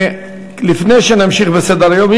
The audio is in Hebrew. לפני שנמשיך בסדר-היום,